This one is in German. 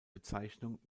bezeichnung